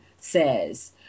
says